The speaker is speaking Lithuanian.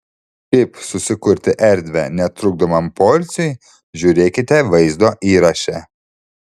kaip susikurti erdvę netrukdomam poilsiui žiūrėkite vaizdo įraše